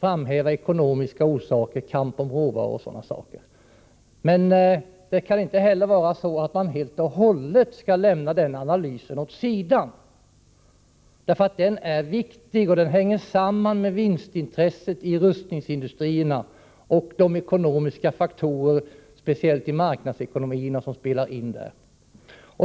framhäva ekonomiska orsaker, kampen om råvaror o. d. Men man kan inte heller lämna den analysen åt sidan — den är viktig, och den hänger samman med vinstintresset i rustningsindustrierna och de ekonomiska faktorerna, speciellt i marknadsekonomierna, som spelar in där.